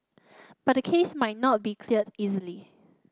but the case might not be cleared easily